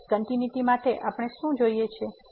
તેથી હવે કંટીન્યુટી માટે આપણને શું જોઈએ છે